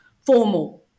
formal